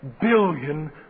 billion